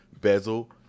bezel